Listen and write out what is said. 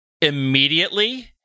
immediately